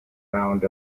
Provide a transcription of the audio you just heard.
round